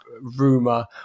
rumor